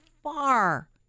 Far